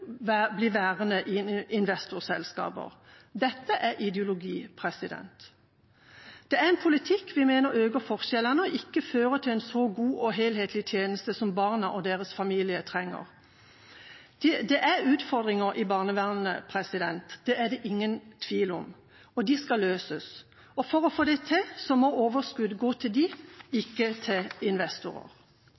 værende i investorselskaper. Dette er ideologi. Det er en politikk vi mener øker forskjellene og ikke fører til en så god og helhetlig tjeneste som barna og deres familie trenger. Det er utfordringer i barnevernet, det er det ingen tvil om. Og de skal løses. For å få det til må overskuddet gå til dem, ikke til